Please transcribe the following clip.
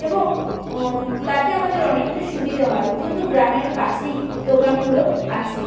এবং তাতে আমাদের অনেকটা সুবিধা হয় যেহেতু গ্রামের কাছেই দোকানগুলো আছে